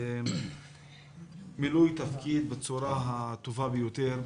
זה מילוי תפקיד בצורה הטובה ביותר.